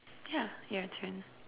yeah your turn